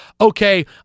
okay